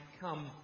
come